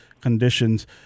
conditions